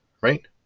Right